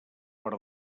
per